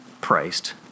priced